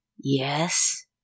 Yes